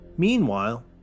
Meanwhile